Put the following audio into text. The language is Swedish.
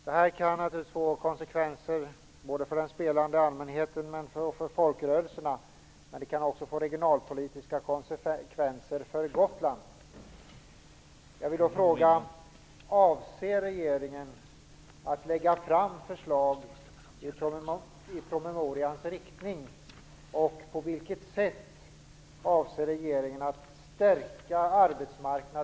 Detta kan få inte bara konsekvenser för den spelande allmänheten och för folkrörelserna utan också regionalpolitiska konsekvenser för Gotland.